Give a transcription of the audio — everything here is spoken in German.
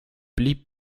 blieb